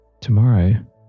Tomorrow